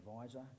advisor